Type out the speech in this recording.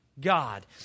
God